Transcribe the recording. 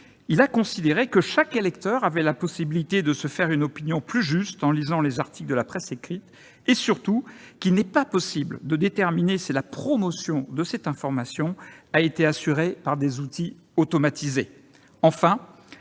il a considéré que chaque électeur avait la possibilité de se faire une opinion plus juste en lisant les articles de la presse écrite et, surtout, qu'il n'est pas possible de déterminer si la promotion de cette information a été assurée par des outils automatisés. Enfin,